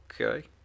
Okay